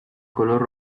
color